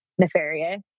Nefarious